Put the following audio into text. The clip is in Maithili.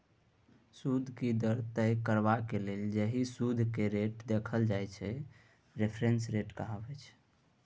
सुदिक दर तय करबाक लेल जाहि सुदि रेटकेँ देखल जाइ छै रेफरेंस रेट कहाबै छै